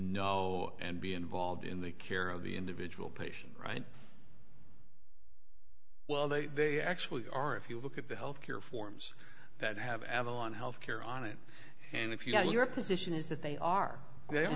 know and be involved in the care of the individual patient right well they they actually are if you look at the health care reforms that have avalon health care on it and if you're position is that they are they are